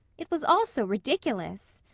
it was all so ridiculous.